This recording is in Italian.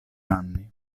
anni